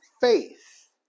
faith